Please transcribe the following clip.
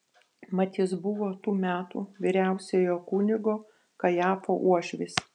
mat jis buvo tų metų vyriausiojo kunigo kajafo uošvis